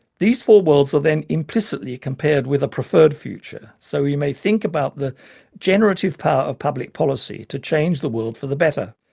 these four worlds are then implicitly compared with a preferred future so we may think about the generative power of public policy to change the world for the better.